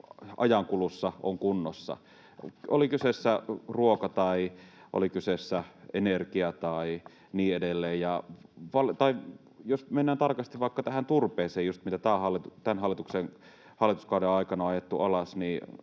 ajankulussa on kunnossa, oli kyseessä ruoka tai oli kyseessä energia tai niin edelleen. Jos mennään tarkasti vaikka just tähän turpeeseen, mitä tämän hallituskauden aikana on ajettu alas,